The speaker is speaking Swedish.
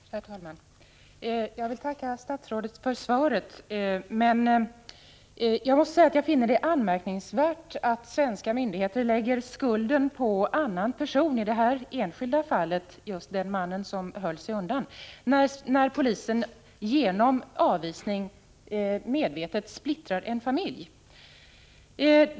Herr talman! Jag vill tacka statsrådet för svaret. Jag finner det anmärkningsvärt att svenska myndigheter lägger skulden på annan person i detta enskilda fall — just den man som höll sig undan — när polisen genom avvisning medvetet splittrar en familj.